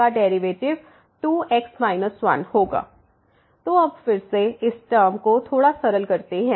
तो अब फिर से हम इस टर्म को थोड़ा सरल करते हैं